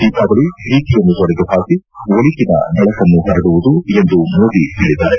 ದೀಪಾವಳಿ ಭೀತಿಯನ್ನು ತೊಡೆದು ಪಾಕಿ ಒಳಿತಿನ ಬೆಳಕನ್ನು ಪರಡುವುದು ಎಂದು ಮೋದಿ ಹೇಳಿದ್ದಾರೆ